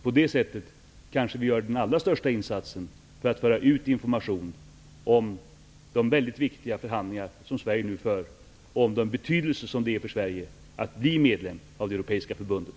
På det sättet kanske vi gör den allra största insatsen för att föra ut information om de mycket viktiga förhandlingar som Sverige nu för och om hur betydelsefullt det är för Sverige att bli medlem av det europeiska förbundet.